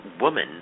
Woman